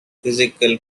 physical